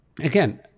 again